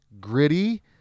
gritty